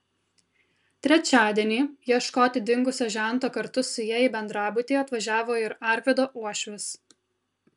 trečiadienį ieškoti dingusio žento kartu su ja į bendrabutį atvažiavo ir arvydo uošvis